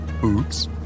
Boots